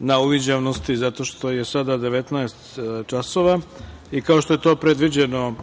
na uviđavnosti zato što je sada 19.00 časova i, kao što je to predviđeno